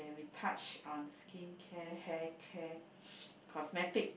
touch on skin care hair care cosmetic